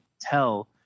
tell